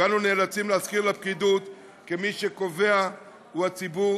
ואנו נאלצים להזכיר לפקידות כי מי שקובע הוא הציבור,